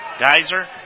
Geyser